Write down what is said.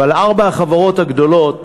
אבל ארבע החברות הגדולות